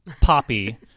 poppy